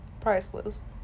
Priceless